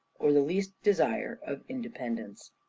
or the least desire of independence.